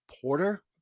Porter